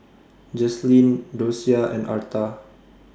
Jaslyn Dosia and Arta